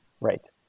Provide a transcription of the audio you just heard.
Right